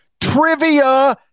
Trivia